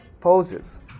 poses